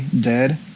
dead